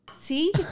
See